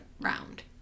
round